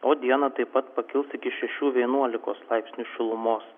o dieną taip pat pakils iki šešių vienuolikos laipsnių šilumos